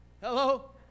Hello